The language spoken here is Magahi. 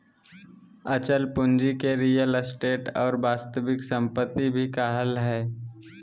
अचल पूंजी के रीयल एस्टेट और वास्तविक सम्पत्ति भी कहइ हइ